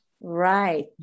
right